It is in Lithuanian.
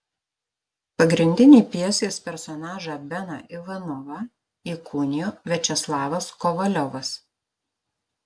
pagrindinį pjesės personažą beną ivanovą įkūnijo viačeslavas kovaliovas